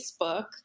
Facebook